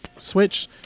switch